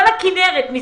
כל הכינרת.